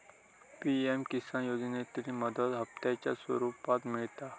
PM Kisan योजनेतली मदत हप्त्यांच्या स्वरुपात मिळता